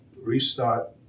restart